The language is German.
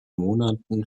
monaten